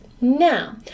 Now